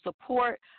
support